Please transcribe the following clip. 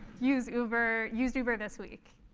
used uber used uber this week?